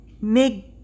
make